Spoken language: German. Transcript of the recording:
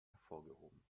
hervorgehoben